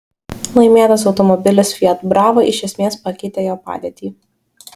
laimėtas automobilis fiat brava iš esmės pakeitė jo padėtį